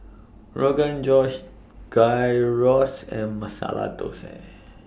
Rogan Josh Gyros and Masala Dosa